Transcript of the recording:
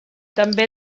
també